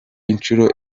inshuro